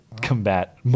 combat